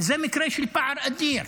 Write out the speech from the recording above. זה מקרה של פער אדיר.